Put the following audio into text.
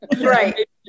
Right